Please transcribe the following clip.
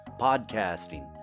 podcasting